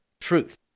truth